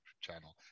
channel